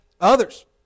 others